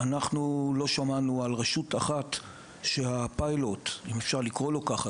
אנחנו לא שמענו על רשות אחת שבה הפיילוט אם אפשר לקרוא לזה ככה,